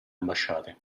ambasciate